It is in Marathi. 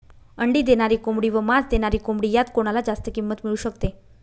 अंडी देणारी कोंबडी व मांस देणारी कोंबडी यात कोणाला जास्त किंमत मिळू शकते?